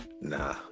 nah